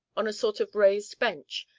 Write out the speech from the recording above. on a sort of raised bench,